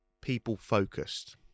people-focused